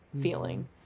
feeling